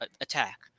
attack